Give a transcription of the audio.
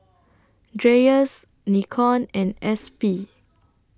Dreyers Nikon and S B